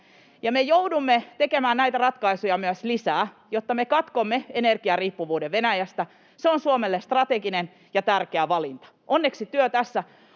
me joudumme tekemään näitä ratkaisuja myös lisää, jotta me katkomme energiariippuvuuden Venäjästä — se on Suomelle strateginen ja tärkeä valinta. Onneksi työ tässä